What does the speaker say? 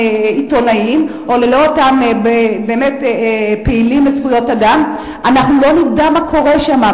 עיתונאים או ללא אותם פעילים לזכויות אדם לא נדע מה קורה שם,